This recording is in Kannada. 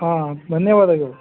ಹಾಂ ಧನ್ಯವಾದಗಳು